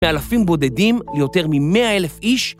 באלפים בודדים, ליותר מ-100 אלף איש